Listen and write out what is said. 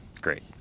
Great